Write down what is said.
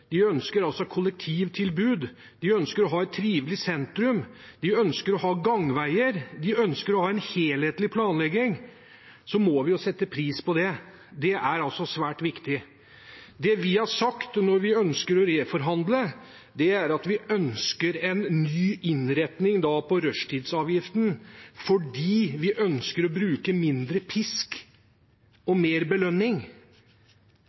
de ønsker kollektivtilbud, de ønsker et trivelig sentrum, de ønsker gangveier, de ønsker en helhetlig planlegging – så må vi sette pris på det. Det er svært viktig. Det vi har sagt når vi vil reforhandle, er at vi ønsker en ny innretning på rushtidsavgiften fordi vi vil bruke mindre pisk